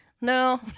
no